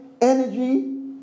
energy